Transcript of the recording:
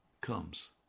comes